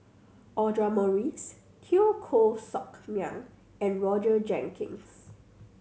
Audra Morrice Teo Koh Sock Miang and Roger Jenkins